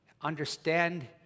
understand